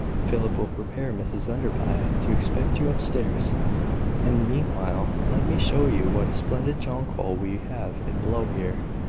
philip will prepare mrs enderby to expect you up-stairs and, meanwhile, let me show you what a splendid jonquil we have in blow here.